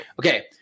Okay